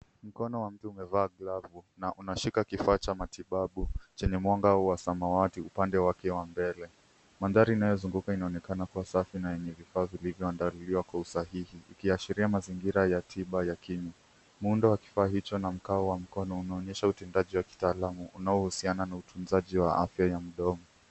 Mkono wa mtu umevaa glavu na unashika kifaa cha matibabu chenye mwanga wa samawati upande wake wa mbele. Mandhari inayozunguka inaonekana kuwa safi na yenye vifaa vilivyoandaliwa kwa ustahihi ikiashiria mazingira ya tiba ya kinywa. Muundo wa kifaa hicho na mkao wa mkono unaonyesha utendaji wa kitaalamu unaohusiana na utunzaji wa afya ya mdomo.